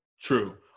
True